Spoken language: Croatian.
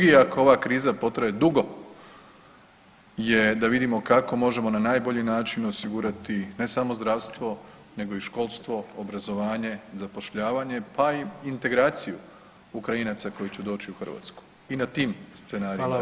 2. je ako ova kriva potraje dugo je da vidimo kako možemo na najbolji način osigurati, ne samo zdravstvo, nego i školstvo, obrazovanje, zapošljavanje, pa i integraciju Ukrajinaca koji će doći u hrvatsku i na tim scenarijima